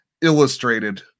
illustrated